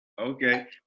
Okay